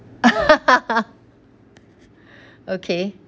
okay